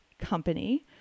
company